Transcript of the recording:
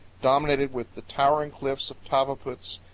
dominated with the towering cliffs of tavaputs,